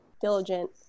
diligent